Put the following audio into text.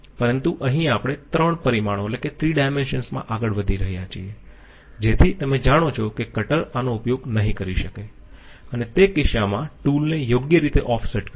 પરંતુ અહીં આપણે 3 પરિમાણોમાં આગળ વધી રહ્યા છીએ જેથી તમે જાણો છો કે કટર આનો ઉપયોગ નહી કરી શકે અને તે કિસ્સામાં ટૂલને યોગ્ય રીતે ઑફસેટ કરશે